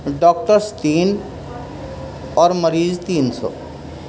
doctors تین اور مریض تین سو